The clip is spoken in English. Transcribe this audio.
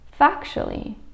Factually